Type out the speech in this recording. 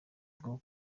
bwo